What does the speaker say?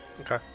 Okay